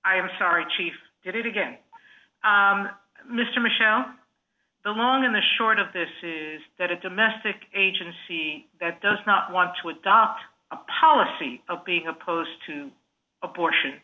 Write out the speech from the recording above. am sorry chief did it again mr michel belong in the short of this is that a domestic agency that does not want to adopt a policy of being opposed to abortion